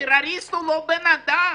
טרוריסט הוא לא בן אדם.